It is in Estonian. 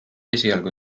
esialgu